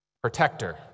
protector